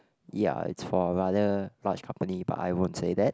ya it's for a rather large company but I won't say that